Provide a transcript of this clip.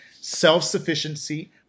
Self-sufficiency